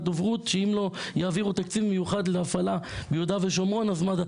דוברות שאם לא יעבירו תקציב מיוחד להפעלה ביהודה ושומרון אז מד"א...